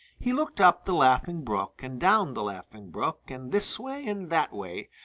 he looked up the laughing brook and down the laughing brook and this way and that way,